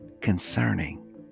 concerning